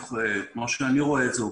כמו שאני רואה את זה,